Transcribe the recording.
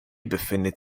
befindet